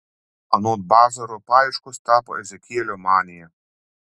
anot bazaro paieškos tapo ezekielio manija